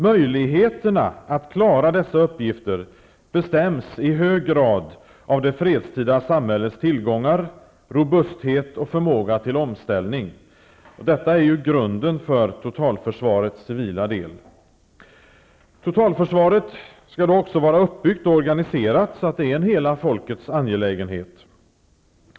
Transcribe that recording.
Möjligheterna att klara dessa uppgifter bestäms i hög grad av det fredstida samhällets tillgångar, robusthet och förmåga till omställning. Detta är grunden för totalförsvarets civila del. Totalförsvaret skall vara uppbyggt och organiserat så, att det är en hela folkets angelägenhet.